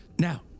Now